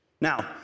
Now